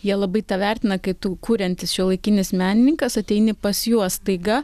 jie labai vertina kai tu kuriantis šiuolaikinis menininkas ateini pas juos staiga